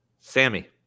Sammy